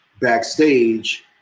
backstage